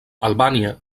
albània